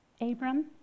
Abram